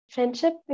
Friendship